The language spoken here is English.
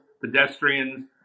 pedestrians